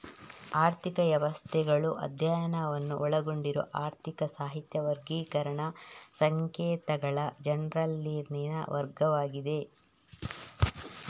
ಆರ್ಥಿಕ ವ್ಯವಸ್ಥೆಗಳು ಅಧ್ಯಯನವನ್ನು ಒಳಗೊಂಡಿರುವ ಆರ್ಥಿಕ ಸಾಹಿತ್ಯ ವರ್ಗೀಕರಣ ಸಂಕೇತಗಳ ಜರ್ನಲಿನಲ್ಲಿನ ವರ್ಗವಾಗಿದೆ